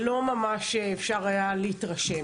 כך שלא ממש אפשר היה להתרשם.